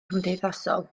cymdeithasol